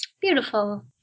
Beautiful